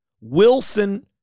Wilson